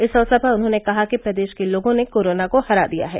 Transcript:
इस अवसर पर उन्होंने कहा कि प्रदेश के लोगों ने कोरोना को हरा दिया है